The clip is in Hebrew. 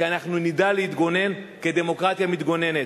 כי אנחנו נדע להתגונן כדמוקרטיה מתגוננת.